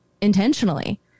intentionally